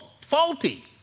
faulty